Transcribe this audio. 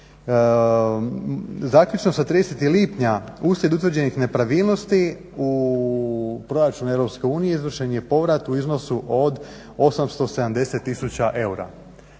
Zaključno sa 30. lipnja uslijed utvrđenih nepravilnosti u proračunu Europske unije izvršen je povrat u iznosu od 870 000 eura.